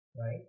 right